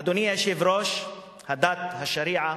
אדוני היושב-ראש, הדת, השריעה,